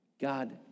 God